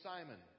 Simon